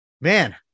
man